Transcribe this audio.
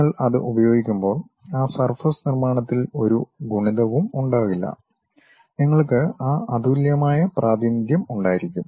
നിങ്ങൾ അത് ഉപയോഗിക്കുമ്പോൾ ആ സർഫസ് നിർമ്മാണത്തിൽ ഒരു ഗുണിതവും ഉണ്ടാകില്ല നിങ്ങൾക്ക് ആ അതുല്യമായ പ്രാതിനിധ്യം ഉണ്ടായിരിക്കും